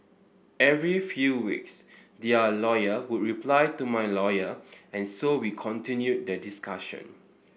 every few weeks their lawyer would reply to my lawyer and so we continued the discussion